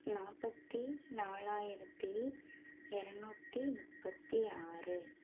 நாற்பத்தி நாலாயிரத்தி இரநூத்தி முப்பத்தி ஆறு